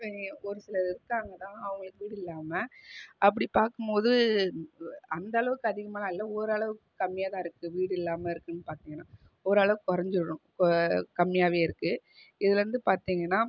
ஒரு சிலர் இருக்காங்கதான் அவங்களுக்கு வீடு இல்லாமல் அப்படி பார்க்கும் போது அந்த அளவுக்கு அதிகமாலாம் இல்லை ஓரளவுக்கு கம்மியாகதான் இருக்குது வீடு இல்லாமல் இருக்குன்னு பார்த்திங்கன்னா ஓரளவுக்கு குறைஞ்சிரும் இப்போ கம்மியாகவே இருக்குது இதுலருந்து பார்த்திங்கன்னா